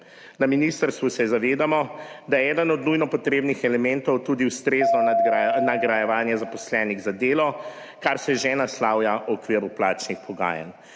Na ministrstvu se zavedamo, da je eden od nujno potrebnih elementov tudi ustrezno nagrajevanje zaposlenih za delo, kar se že naslavlja v okviru plačnih pogajanj.